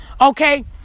Okay